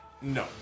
No